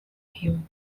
him